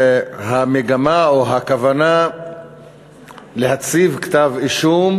שהמגמה, או הכוונה להציב כתב אישום,